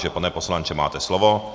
Takže pane poslanče, máte slovo.